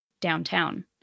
downtown